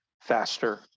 faster